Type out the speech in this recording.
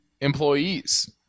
employees